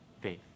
faith